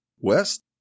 West